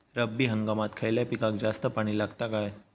रब्बी हंगामात खयल्या पिकाक जास्त पाणी लागता काय?